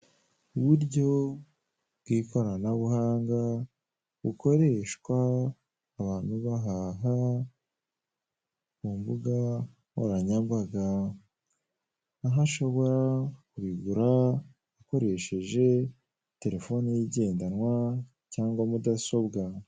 Uburyo bw'ikoranabuhanga bukoreshwa abantu bahaha kumbuga nkoranyambaga, aho ushobora kubigura ukoresheje telefone igendanwa cyangwa mudasobwa.